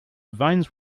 veins